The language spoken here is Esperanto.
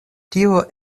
tio